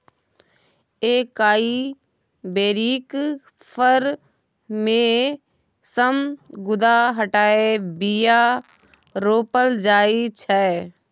एकाइ बेरीक फर मे सँ गुद्दा हटाए बीया रोपल जाइ छै